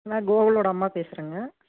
நான் கோகுலோட அம்மா பேசுகிறங்க